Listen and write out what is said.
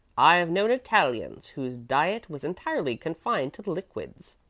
i've known italians whose diet was entirely confined to liquids,